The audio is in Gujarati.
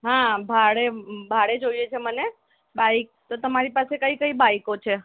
હા ભાડે ભાડે જોઈએ છે મને બાઈક તો તમારી પાસે કઈ કઈ બાઈકો છે